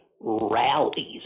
rallies